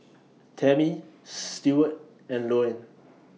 Tammie Steward and Louann